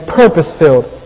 purpose-filled